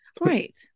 Right